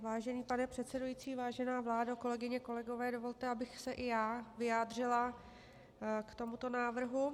Vážený pane předsedající, vážená vládo, kolegyně, kolegové, dovolte, abych se i já vyjádřila k tomuto návrhu.